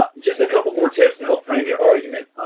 um just a couple more tips to help frame your argument.